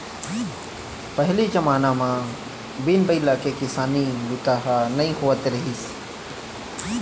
पहिली जमाना म बिन बइला के किसानी बूता ह नइ होवत रहिस